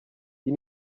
iyi